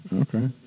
Okay